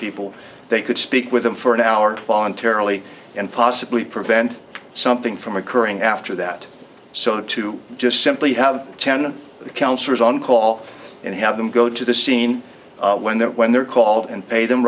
people they could speak with them for an hour on terror and possibly prevent something from occurring after that so to just simply have ten counselors on call and have them go to the scene when that when they're called and pay them